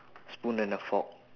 spoon and a fork